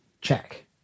check